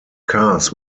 cars